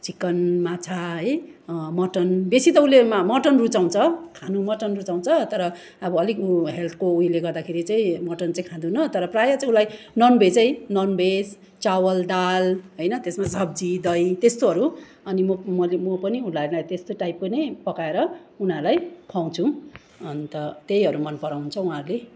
chicken माछा है mutton बेसी त उसले मटन रूचाउँछ खानु मटन रूचाउँछ तर अब अलिक ऊ हेल्थको उयसले गर्दाखेरि चाहिँ मटन चाहिँ खाँदैनौँ तर प्रायः चाहिँ उसलाई नन् भेजै नन् भेज चामल दाल होइन त्यसमा सब्जी दही त्यस्तोहरू अनि म म पनि उसलाई त्यस्तै टाइपको नै पकाएर उनीहरूलाई खुवाउँछु अन्त त्यही मन पराउँछ उहाँहरूले